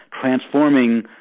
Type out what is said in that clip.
transforming